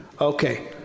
Okay